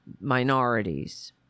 minorities